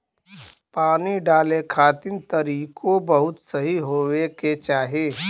पानी डाले खातिर तरीकों बहुते सही होए के चाही